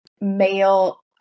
male